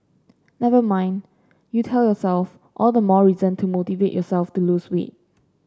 never mind you tell yourself all the more reason to motivate yourself to lose weight